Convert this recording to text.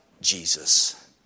Jesus